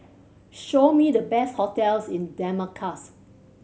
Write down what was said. show me the best hotels in Damascus